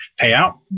payout